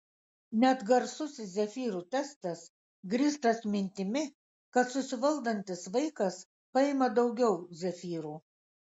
net garsusis zefyrų testas grįstas mintimi kad susivaldantis vaikas paima daugiau zefyrų